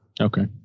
Okay